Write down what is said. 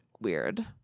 weird